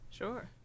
Sure